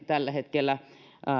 tällä hetkellä